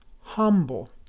humble